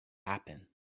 happen